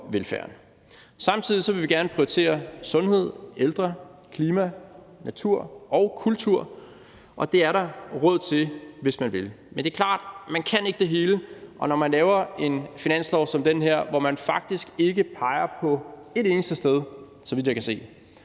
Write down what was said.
Samtidig vil vi gerne prioritere sundhed, ældre, klima, natur og kultur, og det er der råd til, hvis man vil. Men det er klart, at man ikke kan det hele, og når man laver en finanslov som den her, hvor man faktisk ikke peger på et eneste sted, så vidt jeg kan se,